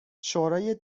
شورای